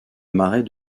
marais